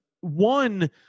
one